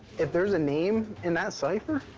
if there's a name in that cipher,